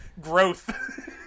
growth